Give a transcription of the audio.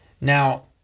Now